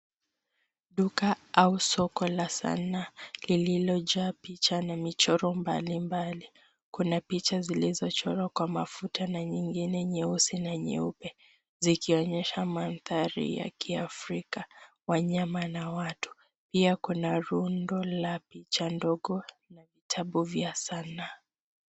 Duka au soko la sanaa lililojaa picha na michoro mbalimbali. Kuna picha zilizochorwa kwa mafuta na nyingine nyeusi na nyeupe zikionyesha mandhari ya Kiafrika, wanyama na watu. Pia, kuna rundo la picha ndogo na vitabu vya sanaa.